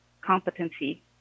competency